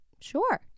Sure